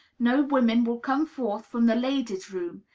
no women will come forth from the ladies' room,